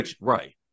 right